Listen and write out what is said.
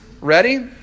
Ready